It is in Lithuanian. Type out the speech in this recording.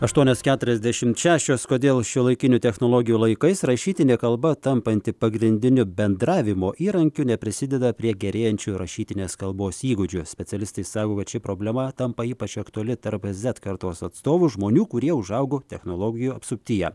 aštuonios keturiasdešimt šešios kodėl šiuolaikinių technologijų laikais rašytinė kalba tampanti pagrindiniu bendravimo įrankiu neprisideda prie gerėjančių rašytinės kalbos įgūdžių specialistai sako kad ši problema tampa ypač aktuali tarp zet kartos atstovų žmonių kurie užaugo technologijų apsuptyje